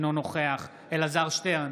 אינו נוכח אלעזר שטרן,